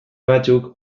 batzuk